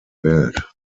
welt